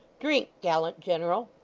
drink, gallant general